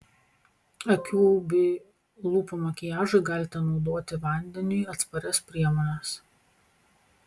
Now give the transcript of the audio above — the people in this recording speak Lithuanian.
akių bei lūpų makiažui galite naudoti vandeniui atsparias priemones